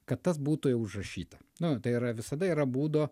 kad tas būtų jau užrašyta nu tai yra visada yra būdo